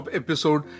episode